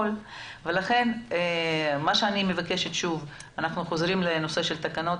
לכן אני מבקשת שוב לראות את טיוטת התקנות.